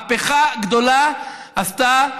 מהפכה גדולה עשתה